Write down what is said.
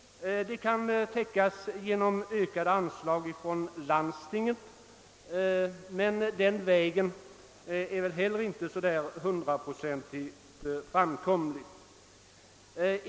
Det kan också täckas genom ökade anslag från landstingen, men den vägen är väl heller inte hundraprocentigt framkomlig.